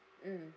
mm